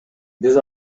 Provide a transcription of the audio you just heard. биз